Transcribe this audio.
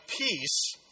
peace